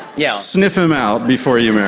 yeah sniff him out before you marry